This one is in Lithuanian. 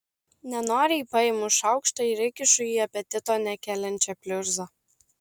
nenoriai paimu šaukštą ir įkišu į apetito nekeliančią pliurzą